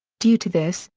due to this,